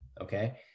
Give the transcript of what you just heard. okay